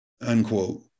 unquote